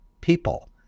people